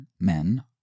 men